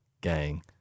Gang